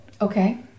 okay